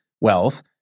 wealth